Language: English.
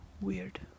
Weird